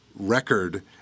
record